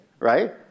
Right